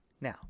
Now